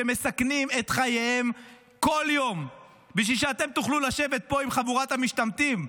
שמסכנים את חייהם כל יום בשביל שאתם תוכלו לשבת פה עם חבורת המשתמטים.